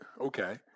okay